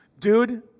dude